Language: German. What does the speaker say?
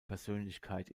persönlichkeit